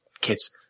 Kids